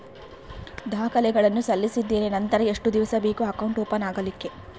ದಾಖಲೆಗಳನ್ನು ಸಲ್ಲಿಸಿದ್ದೇನೆ ನಂತರ ಎಷ್ಟು ದಿವಸ ಬೇಕು ಅಕೌಂಟ್ ಓಪನ್ ಆಗಲಿಕ್ಕೆ?